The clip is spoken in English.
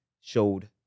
showed